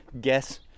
guess